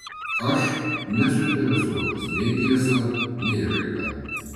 aš nesuinteresuotas nei tiesa nei raida